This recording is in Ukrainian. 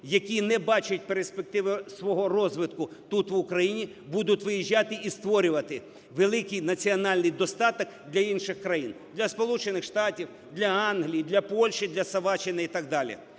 які не бачать перспективи свого розвитку тут в Україні, будуть виїжджати і створювати великий національний достаток для інших країн: для Сполучених Штатів, для Англії, для Польщі, для Словаччини і так далі.